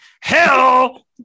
Hell